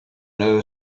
know